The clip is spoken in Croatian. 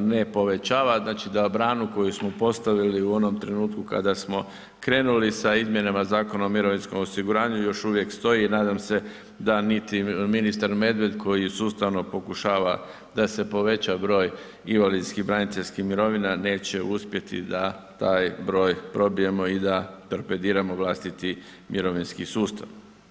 ne povećava, znači da branu koju smo postavili u onom trenutku kada smo krenuli za izmjenama Zakona o mirovinskom osiguranju još uvijek stoji i nadam se da niti ministar Medved koji sustavno pokušava da se poveća broj invalidskih braniteljskih mirovina neće uspjeti da taj broj probijemo i da torpediramo vlastiti mirovinski sustav.